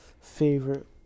favorite